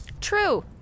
True